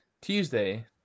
Tuesday